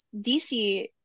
dc